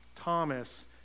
Thomas